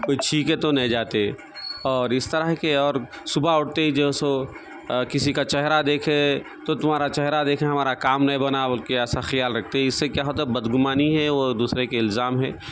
کوئی چھینکے تو نہیں جاتے اور اس طرح کے اور صبح اٹھتے جو سو کسی کا چہرہ دیکھے تو تمہارا چہرہ دیکھے ہمارا کام نہیں بنا بول کے ایسا خیال رکھتے اس سے کیا ہوتا بد گمانی ہے وہ دوسرے کے الزام ہے